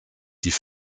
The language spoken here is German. die